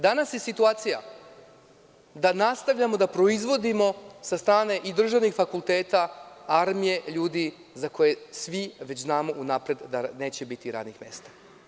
Danas je situacija da nastavljamo da proizvodimo sa strane i državnih fakulteta armije ljudi za koje svi već znamo unapred da neće biti radnih mesta.